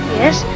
yes